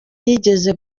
yigeze